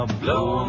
blow